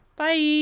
Bye